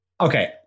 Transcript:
Okay